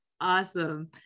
Awesome